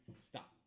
stop